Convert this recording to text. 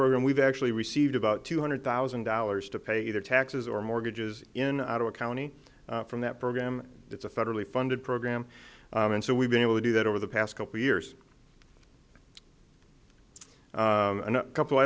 program we've actually received about two hundred thousand dollars to pay their taxes or mortgages in our county from that program it's a federally funded program and so we've been able to do that over the past couple years and couple o